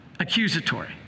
Accusatory